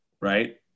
right